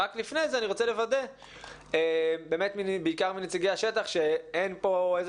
רק לפני זה אני רוצה לוודא באמת בעיקר מנציגי השטח שאין פה איזה